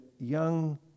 young